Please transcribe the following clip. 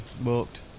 booked